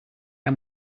how